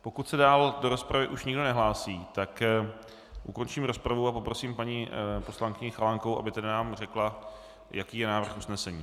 Pokud se dál do rozpravy už nikdo nehlásí, tak ukončím rozpravu a poprosím paní poslankyni Chalánkovou, aby nám řekla, jaký je návrh usnesení.